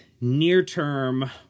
near-term